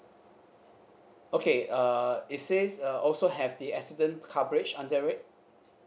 okay uh it says uh also have the accident coverage under it